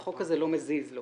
החוק הזה לא מזיז לו